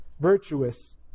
virtuous